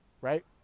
right